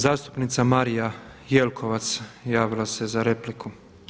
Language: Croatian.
Zastupnica Marija Jelkovac javila se za repliku.